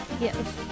Yes